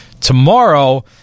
tomorrow